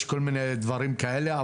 יש כל מיני דברים כאלה.